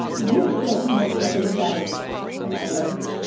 this was my second family and i loved it.